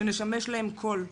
שנשמש להם קול,